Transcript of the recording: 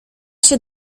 się